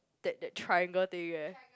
that that triangle thing eh